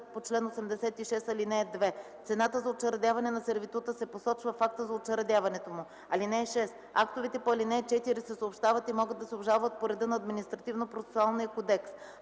по чл. 86, ал. 2. Цената за учредяване на сервитута се посочва в акта за учредяването му. (6) Актовете по ал. 4 се съобщават и могат да се обжалват по реда на Административнопроцесуалния кодекс.